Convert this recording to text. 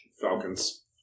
Falcons